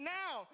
now